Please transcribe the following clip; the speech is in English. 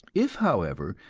if, however,